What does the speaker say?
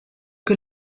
que